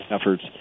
efforts